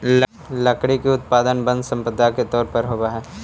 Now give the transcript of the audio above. लकड़ी के उत्पादन वन सम्पदा के तौर पर होवऽ हई